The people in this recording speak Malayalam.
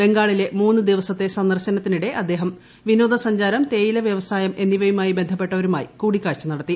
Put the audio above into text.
ബംഗാളിലെ മൂന്ന് ദിവസത്തെ സ്ന്ദ്രർശ്നത്തിനിടെ അദ്ദേഹം വിനോദ സഞ്ചാരം തേയിലവ്യ്ക്സ്ായം എന്നിവയുമായി ബന്ധപ്പെട്ടവരു മായി കൂടിക്കാഴ്ച നടത്തി